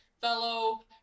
fellow